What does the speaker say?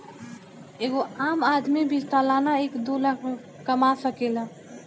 एगो आम आदमी भी सालाना एक दू लाख कमा सकेला